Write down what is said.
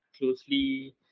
closely